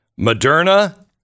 Moderna